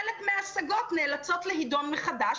חלק מההשגות נאלצות להידון מחדש,